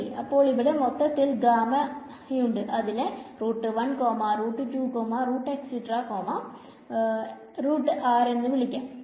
ശെരി അപ്പോൾ ഇവിടെ മൊത്തത്തിൽ ഗാമ യുണ്ട് അതിനെ എന്നും വിളിക്കാം